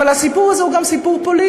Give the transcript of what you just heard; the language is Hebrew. אבל הסיפור הזה הוא גם סיפור פוליטי.